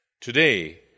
Today